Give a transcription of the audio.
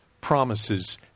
promises